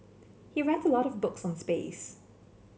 he read a lot of books on space